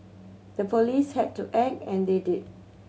the police had to act and they did